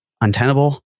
untenable